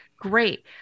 Great